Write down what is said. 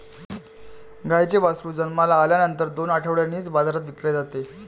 गाईचे वासरू जन्माला आल्यानंतर दोन आठवड्यांनीच बाजारात विकले जाते